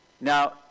Now